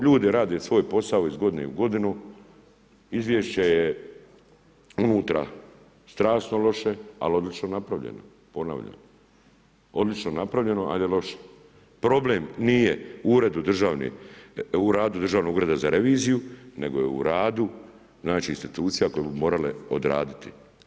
Ljudi rade svoj posao iz godine u godinu, izvješće je unutra strašno loše ali odlično napravljeno, ponavljam, odlično napravljeno, ali problem nije u radu Državnog ureda za reviziju nego je u radu institucija koje bi morale odraditi.